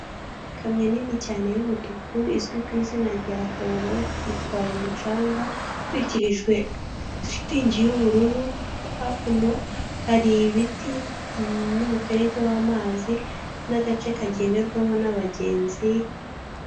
Ikamyo nini cyane y'umutuku izwi ku izina rya howo itwaye umucanga itwikirijwe shitingi y'ubururu, hakuno hari ibiti n'umuferege w'amazi n'agace kagendwamo n'abagenzi.